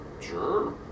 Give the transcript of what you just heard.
Sure